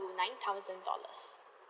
nine thousand dollars